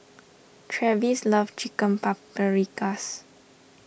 Travis loves Chicken Paprikas